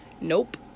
Nope